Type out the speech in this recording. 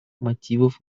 мотивов